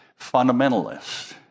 fundamentalists